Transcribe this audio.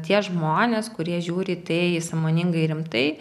tie žmonės kurie žiūri į tai sąmoningai rimtai